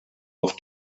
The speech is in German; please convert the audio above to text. auf